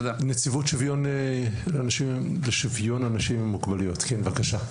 נציבות השוויון לאנשים עם מוגבלויות כן בבקשה.